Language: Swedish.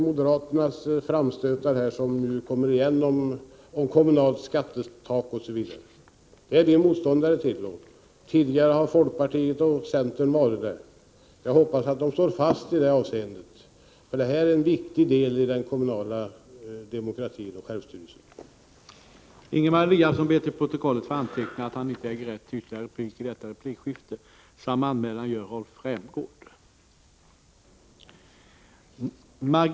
Moderaternas framstötar, som ju kommer igen, om kommunalt skatteuttag osv. är vi också motståndare till. Tidigare har folkpartiet och centern varit det. Jag hoppas att de står fast i det avseendet, för det här är en viktig deli den kommunala demokratin och självstyrelsen. miska frågor